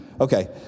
Okay